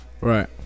right